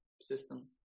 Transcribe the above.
system